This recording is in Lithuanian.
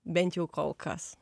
bent jau kol kas